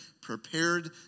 prepared